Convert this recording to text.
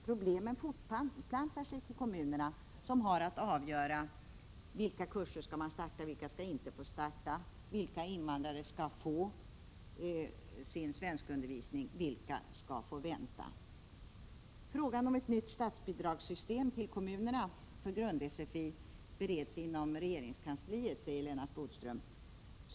Problemen fortplantar sig till kommunerna, som har att avgöra vilka kurser som skall få starta och vilka som inte skall få starta, vilka invandrare som skall få sin svenskundervisning och vilka som skall få vänta. Frågan om ett nytt system för statsbidrag till kommunerna för grund-SFI bereds inom regeringskansliet, säger Lennart Bodström.